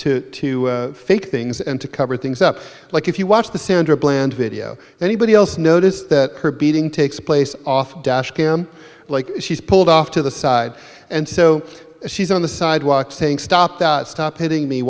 to to fake things and to cover things up like if you watch the sandra bland video anybody else notice that her beating takes place off dash cam like she's pulled off to the side and so she's on the sidewalk saying stop stop hitting me